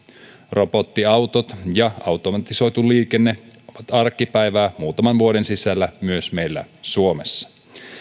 robottiautot ja automatisoitu liikenne ovat arkipäivää muutaman vuoden sisällä myös meillä suomessa